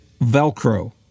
Velcro